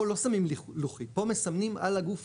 פה לא שמים לוחית, פה מסמנים על הגוף